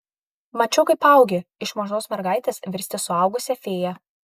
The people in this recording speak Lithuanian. mačiau kaip augi iš mažos mergaitės virsti suaugusia fėja